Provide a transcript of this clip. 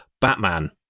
Batman